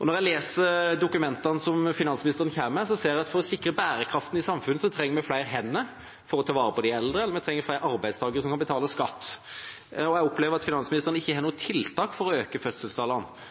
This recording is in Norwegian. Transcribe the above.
Når jeg leser dokumentene som finansministeren kommer med, ser jeg at for å sikre bærekraften i samfunnet, trenger vi flere hender til å ta vare på de eldre, og vi trenger flere arbeidstakere som kan betale skatt. Jeg opplever at finansministeren ikke har noen tiltak for å øke fødselstallene.